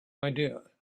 idea